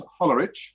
Hollerich